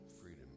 freedom